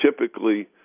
typically